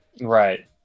Right